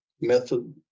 method